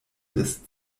des